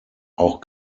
auch